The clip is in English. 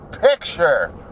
picture